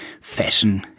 fashion